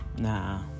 nah